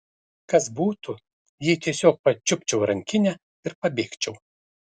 kas būtų jei tiesiog pačiupčiau rankinę ir pabėgčiau